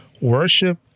Worship